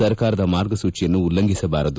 ಸರ್ಕಾರದ ಮಾರ್ಗಸೂಚಿಯನ್ನು ಉಲ್ಲಂಘಿಸಬಾರದು